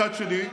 מצד שני,